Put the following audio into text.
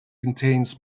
contains